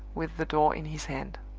with the door in his hand.